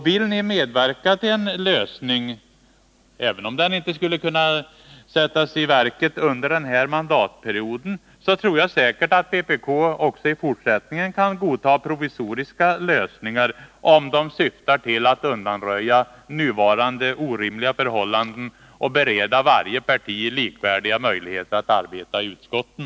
Vill ni medverka till en lösning, även om den inte skulle kunna sättas i verket under denna mandatperiod, tror jag säkert att vpk också i fortsättningen kan godta provisoriska lösningar om de syftar till att undanröja nuvarande orimliga förhållanden och bereda varje parti likvärdiga möjligheter att arbeta i utskotten.